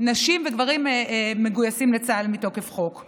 נשים וגברים מגויסים לצה"ל מתוקף חוק,